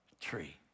tree